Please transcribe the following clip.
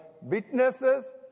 witnesses